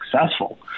successful